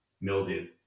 mildew